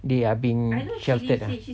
they are being sheltered lah